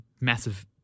massive